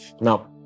Now